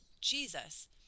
Jesus